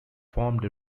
formed